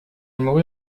mourut